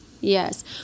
Yes